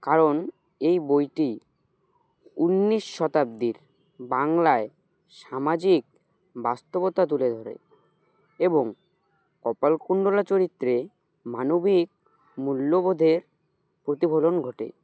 কারণ এই বইটি উনিশ শতাব্দীর বাংলায় সামাজিক বাস্তবতা তুলে ধরে এবং কপালকুণ্ডলা চরিত্রে মানবিক মূল্যবোধের প্রতিফলন ঘটে